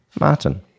Martin